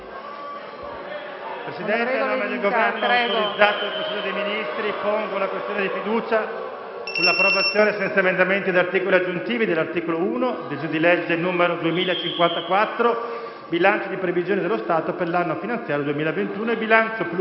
senatori, a nome del Governo, autorizzato dal Consiglio dei ministri, pongo la questione di fiducia sull'approvazione, senza emendamenti, né articoli aggiuntivi, dell'articolo 1 del disegno di legge n. 2054 «Bilancio di previsione dello Stato per l'anno finanziario 2021 e bilancio pluriennale